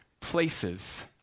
places